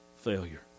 failure